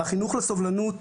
החינוך לסובלנות,